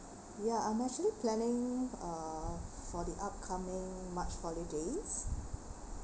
ya I'm actually planning uh for the upcoming march holidays